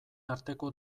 arteko